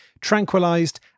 tranquilised